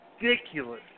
ridiculous